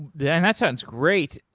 yeah and that sounds great.